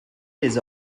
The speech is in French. les